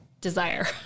desire